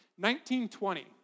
1920